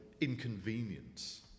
inconvenience